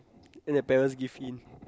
then their parents give in